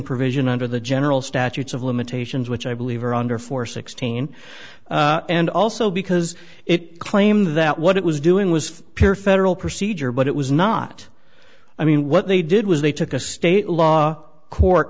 provision under the general statutes of limitations which i believe are under four sixteen and also because it claimed that what it was doing was pure federal procedure but it was not i mean what they did was they took a state law court